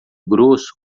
grosso